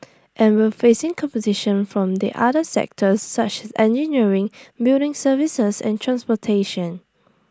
and we're facing competition from the other sectors such as engineering building services and transportation